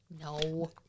No